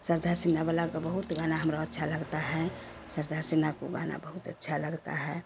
सरधा सिन्हा वाला को बहुत गाना हमरो अच्छा लगता है सरधा सिन्हा को गाना बहुत अच्छा लगता है